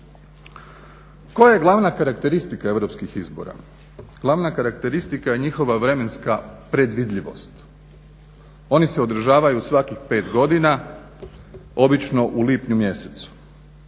Koja je glavna karakteristika europskih izbora? Glavna karakteristika je njihova vremenska predvidljivost. Oni se održavaju svakih 5 godina, obično u lipnju mjesecu.